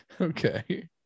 Okay